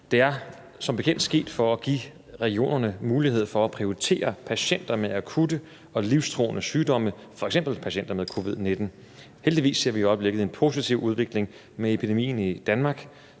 Det er som bekendt sket for at give regionerne mulighed for at prioritere patienter med akutte og livstruende sygdomme, f.eks. patienter med covid-19. Heldigvis ser vi i øjeblikket en positiv udvikling med epidemien i Danmark.